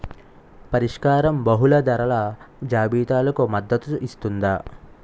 పరిష్కారం బహుళ ధరల జాబితాలకు మద్దతు ఇస్తుందా?